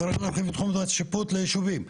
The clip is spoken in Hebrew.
צריך להרחיב את תחום השיפוט לישובים,